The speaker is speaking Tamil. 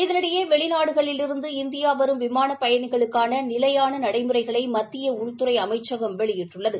இதனிடையே வெளிநாடுகளிலிருந்து இந்தியா வரும் விமான பயணிகளுக்கான நிலையான நடைமுறைகளை மத்திய உள்துறை அமைச்சகம் வெளியிட்டுள்ளது